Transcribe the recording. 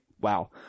wow